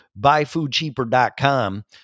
BuyFoodCheaper.com